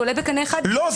זה עולה בקנה אחד עם --- לא,